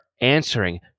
answering